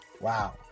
Wow